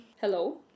Hello